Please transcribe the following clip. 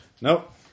Nope